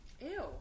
Ew